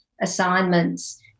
assignments